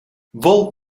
wol